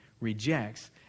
rejects